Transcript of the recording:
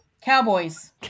cowboys